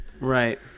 Right